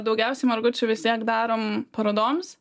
daugiausiai margučių vis tiek darom parodoms